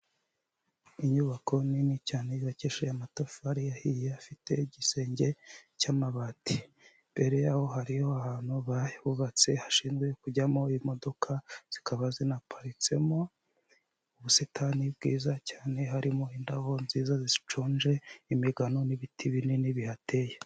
Inyubako nini cyane yubakishije amatafari yahiye afite igisenge cy'amabati. Imbere yaho hariho ahantu bahubatse hashinzwe kujyamo imodoka zikaba zinaparitsemo, ubusitani bwiza cyane harimo indabo nziza ziconze, imigano n'ibiti binini bihateye.